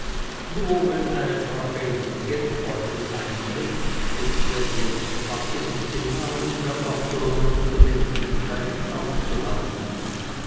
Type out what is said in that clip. nur wenn eine frage in den geldbeutel eingriff pflegte er die debatte mit genauen erörterungen und bedenklichkeiten aufzuhalten